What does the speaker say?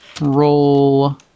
roll